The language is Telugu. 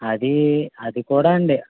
అదీ అది కూడా అండి